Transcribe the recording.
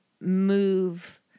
move